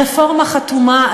רפורמה חתומה,